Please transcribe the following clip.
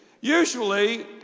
usually